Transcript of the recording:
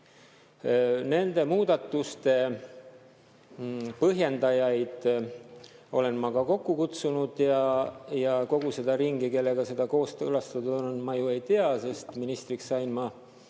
Nende muudatuste põhjendajaid olen ma ka kokku kutsunud. Kogu seda ringi, kellega seda kooskõlastatud on, ma ju ei tea, sest ministriks sain ma